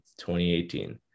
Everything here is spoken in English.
2018